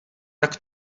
tak